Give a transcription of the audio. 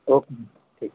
okay ਠੀਕ ਹੈ